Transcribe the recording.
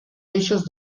eixos